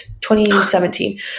2017